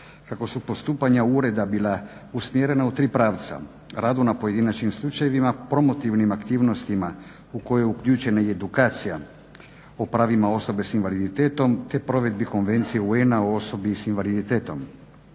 kako su postupanja ureda bila usmjerena u tri pravca. Radu na pojedinačnim slučajevima, promotivnim aktivnostima u koje je uključena i edukacija o pravima osoba s invaliditetom te provedbi Konvencije UN o osobi s invaliditetom.